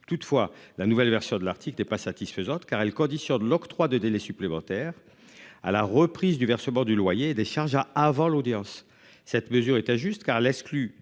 Toutefois, la nouvelle version de l'article n'est pas satisfaisante car elle conditionne l'octroi de délais supplémentaires à la reprise du versement du loyer et des charges à avant l'audience. Cette mesure est injuste car l'exclut